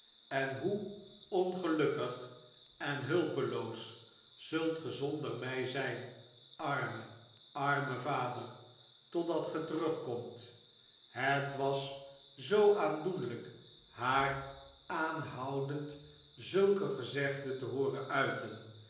en hoe ongelukkig en hulpeloos zult ge zonder mij zijn arme arme vader totdat ge terugkomt het was zoo aandoenlijk haar aanhoudend zulke gezegden te hooren uiteh